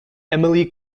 emily